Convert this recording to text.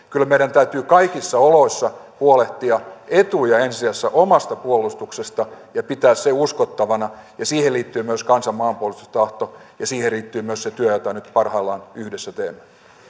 kyllä meidän täytyy kaikissa oloissa huolehtia ensi sijassa omasta puolustuksesta ja pitää se uskottavana siihen liittyy myös kansan maanpuolustustahto ja siihen liittyy myös se työ jota nyt parhaillaan yhdessä teemme